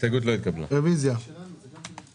בתמונת המצב,